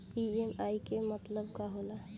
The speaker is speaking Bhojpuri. ई.एम.आई के मतलब का होला?